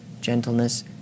gentleness